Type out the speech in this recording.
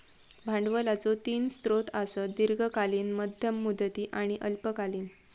भांडवलाचो तीन स्रोत आसत, दीर्घकालीन, मध्यम मुदती आणि अल्पकालीन